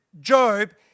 Job